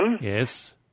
Yes